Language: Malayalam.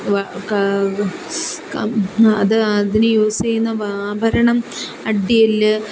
വ് ക അത് അതിന് യൂസ് ചെയ്യുന്ന ആഭരണം അട്ടിയല്ല്